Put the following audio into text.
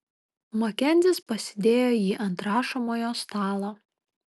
makenzis pasidėjo jį ant rašomojo stalo